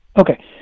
okay